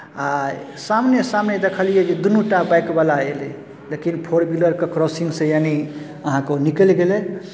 आ सामने सामने देखलियै जे दूनूटा बाइकवला एलै लेकिन फोर व्हीलरके क्रोसिंगसँ यानि अहाँके ओ निकलि गेलै